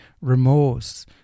Remorse